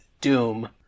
doom